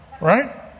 Right